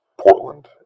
Portland